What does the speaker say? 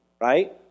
right